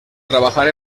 trabajar